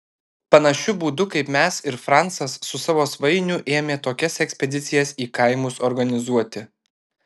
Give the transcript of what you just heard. panašiu būdu kaip mes ir francas su savo svainiu ėmė tokias ekspedicijas į kaimus organizuoti